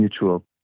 mutual